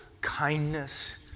kindness